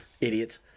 Idiots